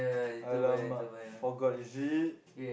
!alamak! forgot is it